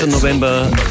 November